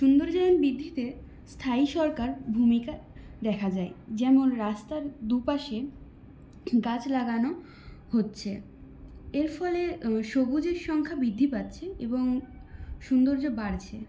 সৌন্দার্যায়ন বৃদ্ধিতে স্থায়ী সরকার ভূমিকা দেখা যায় যেমন রাস্তার দু পাশে গাছ লাগানো হচ্ছে এর ফলে সবুজের সংখ্যা বৃদ্ধি পাচ্ছে এবং সৌন্দর্য বাড়ছে